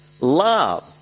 love